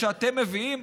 שאתם מביאים,